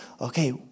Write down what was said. Okay